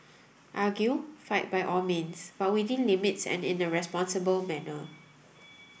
argue fight by all means but within limits and in a responsible manner